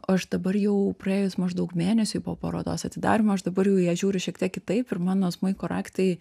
aš dabar jau praėjus maždaug mėnesiui po parodos atidarymo aš dabar jau į ją žiūriu šiek tiek kitaip ir mano smuiko raktai